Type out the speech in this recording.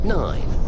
nine